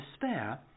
despair